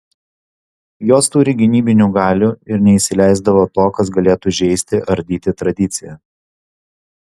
jos turi gynybinių galių ir neįsileisdavo to kas galėtų žeisti ardyti tradiciją